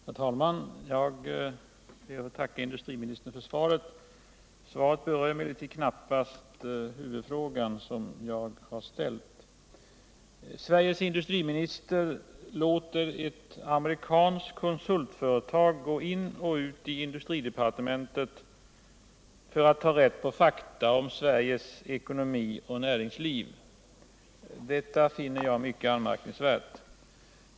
Herr talman! Jag ber att få tacka industriministern för svaret. Svaret rör emellertid knappast den huvudfråga som jag har ställt. Sveriges industriminister låter ett amerikanskt konsultföretag gå in och ut i industridepartementet för att ta rätt på fakta om Sveriges ekonomi och näringsliv. Det finner jag mycket anmärkningsvärt.